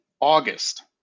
august